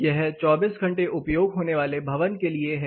यह 24 घंटे उपयोग होने वाले भवन के लिए है